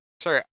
sorry